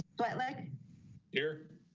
but like here.